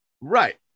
Right